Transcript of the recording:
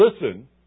listen